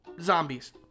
zombies